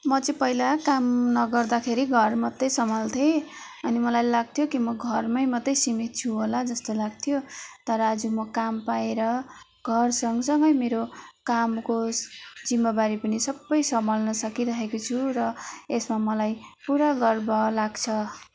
म चाहिँ पहिला काम नगर्दाखेरि घर मात्र सम्हाल्थेँ अनि मलाई लाग्थ्यो कि मलाई घरमा मात्र सीमित छु होला जस्तो लाग्थ्यो तर आज म काम पाएर घर सँग सँगै मेरो कामको जिम्मेवारी पनि सब सम्हाल्न सकिरहेको छु र यसमा मलाई पुरा गर्व लाग्छ